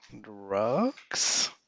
drugs